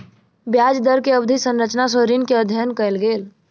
ब्याज दर के अवधि संरचना सॅ ऋण के अध्ययन कयल गेल